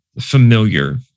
familiar